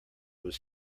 was